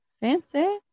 fancy